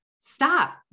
stop